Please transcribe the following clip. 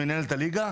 מינהלת הליגה,